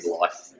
life